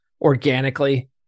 organically